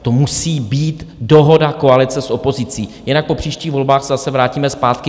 To musí být dohoda koalice s opozicí, jinak po příštích volbách se zase vrátíme zpátky.